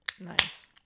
Nice